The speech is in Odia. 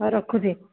ହଉ ରଖୁଛିି